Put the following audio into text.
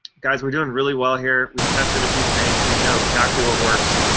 guys, we're doing really well here. we've tested a few things. we know exactly what works.